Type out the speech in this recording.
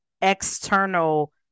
external